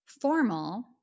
formal